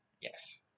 Yes